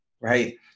right